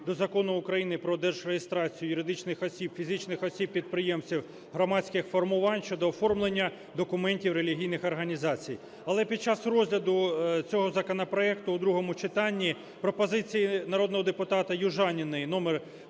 до Закону України продержреєстрацію юридичних осіб, фізичних осіб-підприємців та громадських формувань (щодо оформлення документів релігійних організацій). Але під час розгляду цього законопроекту у другому читанні пропозиції народного депутата Южаніної номер